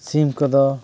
ᱥᱤᱢ ᱠᱚᱫᱚ